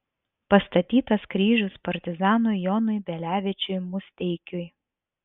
pastatytas kryžius partizanui jonui bielevičiui musteikiui